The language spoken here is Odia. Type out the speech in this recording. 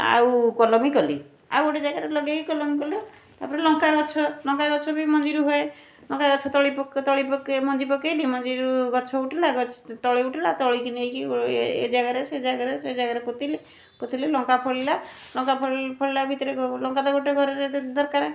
ଆଉ କଲମୀ କଲି ଆଉ ଗୋଟାଏ ଜାଗାରେ ଲଗେଇ କଲମୀ କଲେ ତା'ପରେ ଲଙ୍କା ଗଛ ଲଙ୍କା ଗଛ ବି ମଞ୍ଜିରୁ ହଏ ଲଙ୍କା ଗଛ ତଳି ପକେ ତଳି ପକେ ମଞ୍ଜି ପକେଇ ବି ମଞ୍ଜିରୁ ଗଛ ଉଠିଲା ତଳି ଉଠିଲା ତଳିକି ନେଇକି ଏ ଜାଗାରେ ସେ ଜାଗାରେ ସେ ଜାଗାରେ ପୋତିଲି ପୋତିଲି ଲଙ୍କା ଫଳିଲା ଲଙ୍କା ଫଳି ଫଳିଲା ଭିତରେ ଲଙ୍କା ତ ଗୋଟେ ଘରେ ଦରକାର